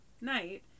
night